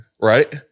right